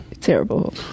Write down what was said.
Terrible